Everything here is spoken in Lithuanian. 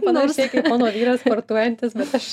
panašiai kaip mano vyras sportuojantis bet aš